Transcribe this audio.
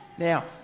Now